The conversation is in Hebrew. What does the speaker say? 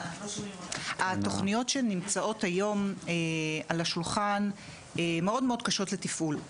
התוכניות שנמצאות היום על השולחן מאוד מאוד קשות לתפעול,